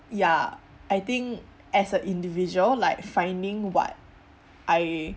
ya I think as a individual like finding what I